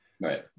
Right